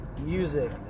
music